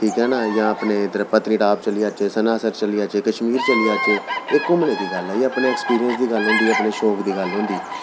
ठीक ऐ ना जां अपने इद्धर पत्नीटॉप चली जाचै सनासर चली जाचै कशमीर चली जाचै एह् घूमने दी गल्ल ऐ एह् अपने एक्सपीरियंस दी गल्ल होंदी ऐ अपने शौंक दी गल्ल होंदी